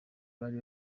bari